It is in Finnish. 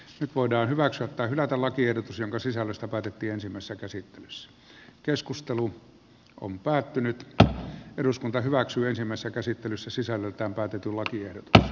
nyt voidaan hyväksyä tai hylätä lakiehdotus jonka sisällöstä päätettiin ensimmäisessä käsittelyssä sisällöltään katetulla kiertotie